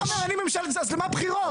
אתה אומר אני, אז למה בחירות?